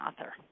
author